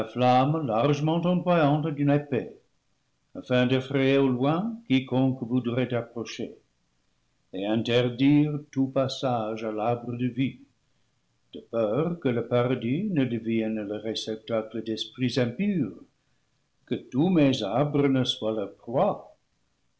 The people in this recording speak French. afin d'effrayer au loin quiconque voudrait approcher et interdire tout passage à l'arbre de vie de peur que le paradis ne devienne le réceptacle d'esprits impurs que tous mes arbres ne soient leur proie